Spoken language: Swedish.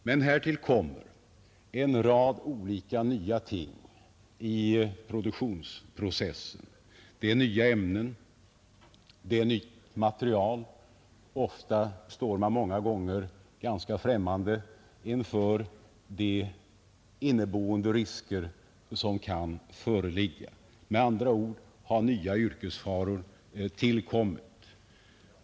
Men härtill kommer en rad olika nya ting i produktionsprocessen. Det är nya ämnen och nytt material, och många gånger står man ganska främmande inför de nya risker detta kan innebära. Med andra ord — nya yrkesfaror har tillkommit.